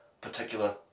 particular